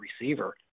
receiver